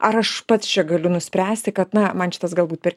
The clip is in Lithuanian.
ar aš pats čia galiu nuspręsti kad na man šitas galbūt per